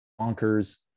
bonkers